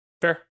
Fair